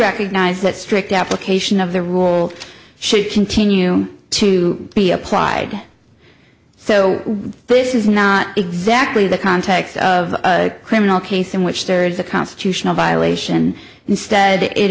recognize that strict application of the rule should continue to be applied so this is not exactly the context of a criminal case in which there is a constitutional violation instead it